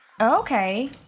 Okay